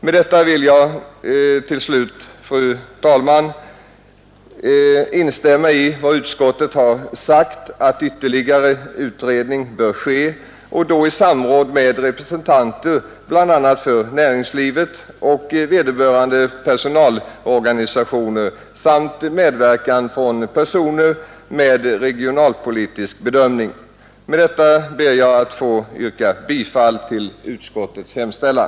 Med detta vill jag till slut, fru talman, instämma i vad utskottsmajoriteten har framfört, nämligen att ytterligare utredning bör ske — och då i samråd med representanter bl.a. för näringslivet och vederbörande personalorganisationer samt under medverkan från personer med erfarenhet från regionalpolitiska bedömningar. Med det anförda ber jag att få yrka bifall till utskottets hemställan.